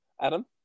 Adam